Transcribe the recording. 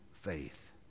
faith